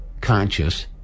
conscious